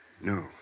No